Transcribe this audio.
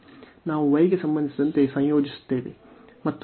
ನಾವು y ಗೆ ಸಂಬಂಧಿಸಿದಂತೆ ಸಂಯೋಜಿಸುತ್ತೇವೆ ಮತ್ತು y ಮಿತಿಗಳು c ನಿಂದ d ಆಗಿರುತ್ತದೆ